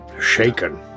shaken